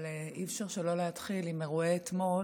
אבל אי-אפשר שלא להתחיל עם אירועי אתמול